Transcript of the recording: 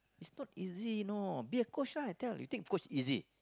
is not easy you know be a coach lah I tell you think coach easy